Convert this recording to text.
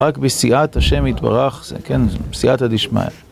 רק בסיעת השם יתברך, כן, בסיעת הדישמיא.